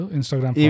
Instagram